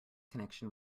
connection